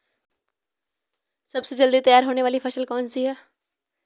सबसे जल्दी तैयार होने वाली फसल कौन सी है?